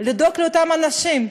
לדאוג לאותם אנשים.